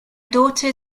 daughter